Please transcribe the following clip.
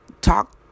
talk